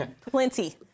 plenty